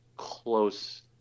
Close